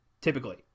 typically